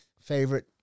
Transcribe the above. favorite